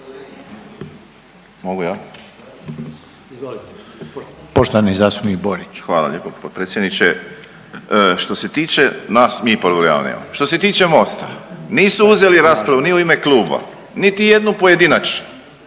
Hvala lijepo potpredsjedniče. Što se tiče nas mi problema nemamo. Što se tiče MOST-a nisu uzeli raspravu ni u ime kluba, niti jednu pojedinačnu,